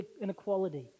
inequality